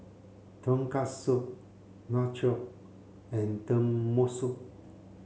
Tonkatsu Nacho and Tenmusu